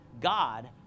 God